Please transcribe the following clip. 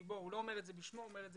הוא לא אומר את זה בשמו, הוא אומר את זה